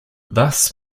thus